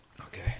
Okay